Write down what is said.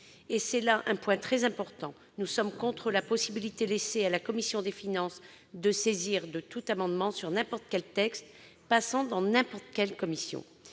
C'est là un point très important, car nous sommes contre la possibilité laissée à la commission des finances de se saisir de tout amendement sur n'importe quel texte passant devant n'importe quelle commission.